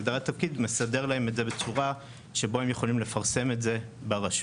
הגדרת התפקיד מסדרת להם את זה בצורה שבה הם יכולים לפרסם את זה ברשות.